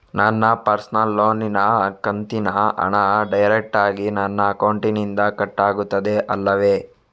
ನನ್ನ ಪರ್ಸನಲ್ ಲೋನಿನ ಕಂತಿನ ಹಣ ಡೈರೆಕ್ಟಾಗಿ ನನ್ನ ಅಕೌಂಟಿನಿಂದ ಕಟ್ಟಾಗುತ್ತದೆ ಅಲ್ಲವೆ?